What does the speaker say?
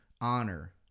honor